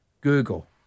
Google